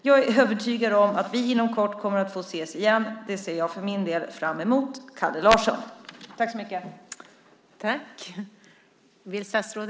Jag är övertygad om att vi inom kort kommer att få ses igen. Det ser jag för min del fram emot. Det hälsar Kalle Larsson.